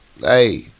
Hey